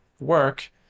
work